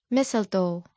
Mistletoe